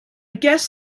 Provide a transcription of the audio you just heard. guess